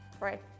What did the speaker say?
Right